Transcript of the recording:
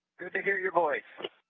good to hear your voice.